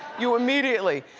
you immediately.